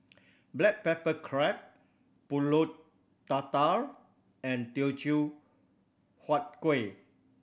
black pepper crab Pulut Tatal and Teochew Huat Kuih